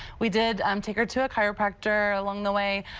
we did um take her to a chiropractor along the way.